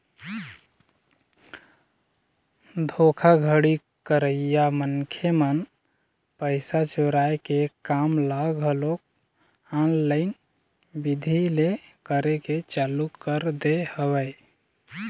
धोखाघड़ी करइया मनखे मन पइसा चोराय के काम ल घलोक ऑनलाईन बिधि ले करे के चालू कर दे हवय